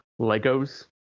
Legos